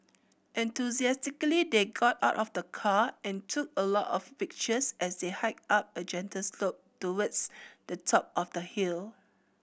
enthusiastically they got out of the car and took a lot of pictures as they hiked up a gentle slope towards the top of the hill